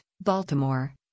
Baltimore